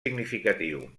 significatiu